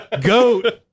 goat